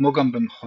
כמו גם במכוניות,